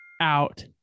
out